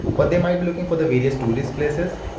or they might be looking for the various tourist places,